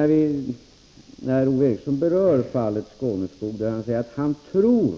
Ove Eriksson berörde fallet Skåneskog och sade att han trodde